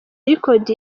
records